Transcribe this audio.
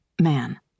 man